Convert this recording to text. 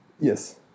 Yes